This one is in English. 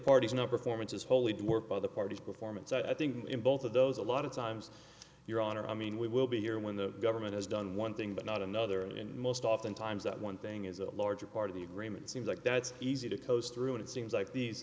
party is not performance is wholly dwarfed by the party's performance i think in both of those a lot of times your honor i mean we will be here when the government has done one thing but not another and most oftentimes that one thing is a large part of the agreement seems like that's easy to coast through and it seems like these